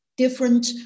different